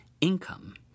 income